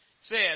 says